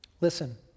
Listen